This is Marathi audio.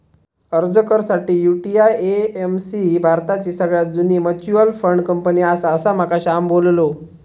अर्ज कर साठी, यु.टी.आय.ए.एम.सी ही भारताची सगळ्यात जुनी मच्युअल फंड कंपनी आसा, असा माका श्याम बोललो